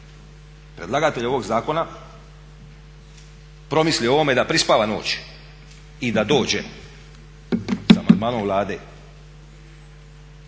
predlagatelj ovog zakona promisli o ovome i da prespava noć, da dođe sa amandmanom Vlade.